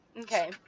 Okay